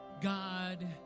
God